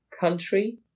country